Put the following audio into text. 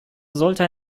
sollte